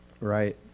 right